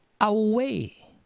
away